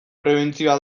prebentzioa